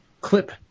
clip –